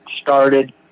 started